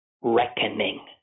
reckoning